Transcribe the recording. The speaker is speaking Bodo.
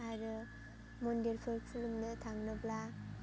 आरो मन्दिरफोर खुलुमनो थांनोब्ला